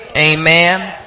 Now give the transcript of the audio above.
Amen